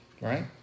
Right